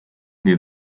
near